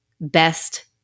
best